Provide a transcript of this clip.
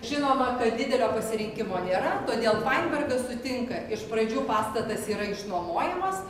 žinoma kad didelio pasirinkimo nėra todėl painbergas sutinka iš pradžių pastatas yra išnuomojamas